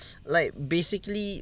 like basically